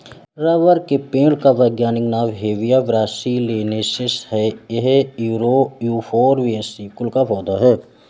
rubber के पेड़ का वैज्ञानिक नाम हेविया ब्रासिलिनेसिस है ये युफोर्बिएसी कुल का पौधा है